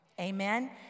Amen